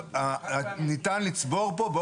ניתן לצבור בו,